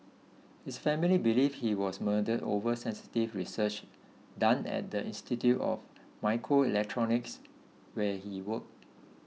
his family believe he was murdered over sensitive research done at the Institute of Microelectronics where he worked